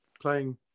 playing